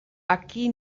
aquí